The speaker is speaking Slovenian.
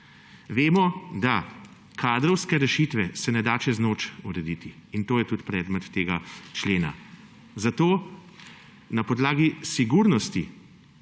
Vemo, da se kadrovske rešitve ne da čez noč urediti. In to je tudi predmet tega člena. Zato na podlagi sigurnosti